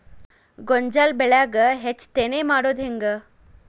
ಗೋಂಜಾಳ ಬೆಳ್ಯಾಗ ಹೆಚ್ಚತೆನೆ ಮಾಡುದ ಹೆಂಗ್?